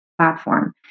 platform